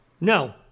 No